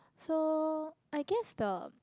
so I guess the